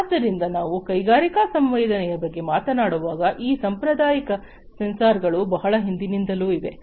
ಆದ್ದರಿಂದ ನಾವು ಕೈಗಾರಿಕಾ ಸಂವೇದನೆಯ ಬಗ್ಗೆ ಮಾತನಾಡುವಾಗ ಈ ಸಾಂಪ್ರದಾಯಿಕ ಸೆನ್ಸರ್ಗಳು ಬಹಳ ಹಿಂದಿನಿಂದಲೂ ಇವೆ